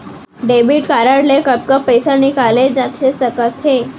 Debit card ले कतका पइसा निकाले जाथे सकत हे?